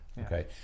okay